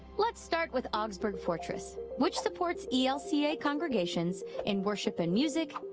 let's start with augsburg fortress, which supports elca congregations in worship and music,